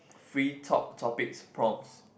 free talk topics prompts